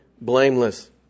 blameless